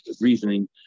reasoning